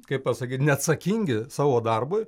kaip pasakyt neatsakingi savo darbui